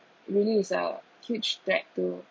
release a huge drag to